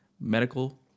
medical